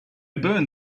burned